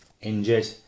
injured